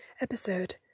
episode